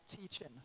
teaching